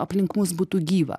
aplink mus būtų gyva